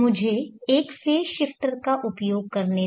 मुझे एक और फेज़ शिफ्टर का उपयोग करने दें